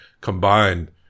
combined